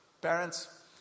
Parents